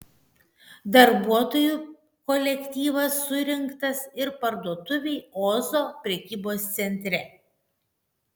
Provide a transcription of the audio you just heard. darbuotojų kolektyvas surinktas ir parduotuvei ozo prekybos centre